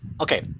okay